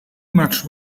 much